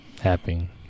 happening